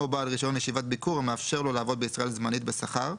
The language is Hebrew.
או בעל רישיון לישיבת ביקור המאפשר לו לעבוד בישראל זמנית בשכר,